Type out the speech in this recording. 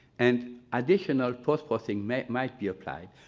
and additional post-processing might might be applied,